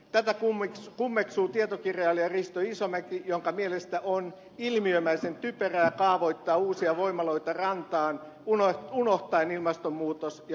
tätä kummeksuu tietokirjailija risto isomäki jonka mielestä on ilmiömäisen typerää kaavoittaa uusia voimaloita rantaan unohtaen ilmastonmuutos ja merenpinnan nousu